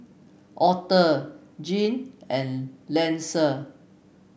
Author Gene and Linsey